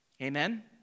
Amen